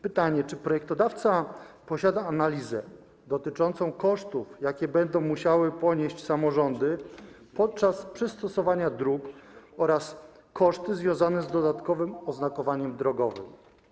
Pytanie: Czy projektodawca posiada analizę dotyczącą kosztów, jakie będą musiały ponieść samorządy w związku z przystosowaniem dróg, oraz kosztów związanych z dodatkowym oznakowaniem drogowym?